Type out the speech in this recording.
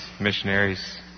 missionaries